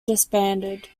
disbanded